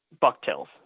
bucktails